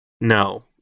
No